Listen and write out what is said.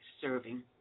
serving